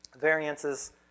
variances